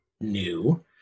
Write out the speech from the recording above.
new